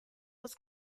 was